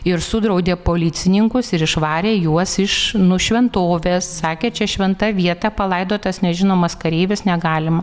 ir sudraudė policininkus ir išvarė juos iš nu šventovės sakė čia šventa vieta palaidotas nežinomas kareivis negalima